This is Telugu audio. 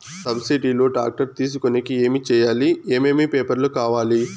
సబ్సిడి లో టాక్టర్ తీసుకొనేకి ఏమి చేయాలి? ఏమేమి పేపర్లు కావాలి?